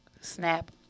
Snap